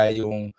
yung